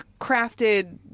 crafted